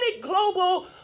global